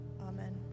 amen